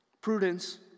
Prudence